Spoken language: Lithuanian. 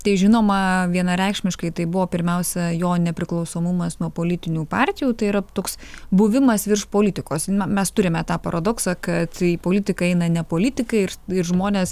tai žinoma vienareikšmiškai tai buvo pirmiausia jo nepriklausomumas nuo politinių partijų tai yra toks buvimas virš politikos mes turime tą paradoksą kad į politiką eina ne politikai ir ir žmonės